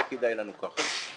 לא כדאי לנו כך.